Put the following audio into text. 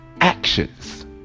actions